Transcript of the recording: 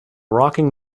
rocking